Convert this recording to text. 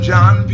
John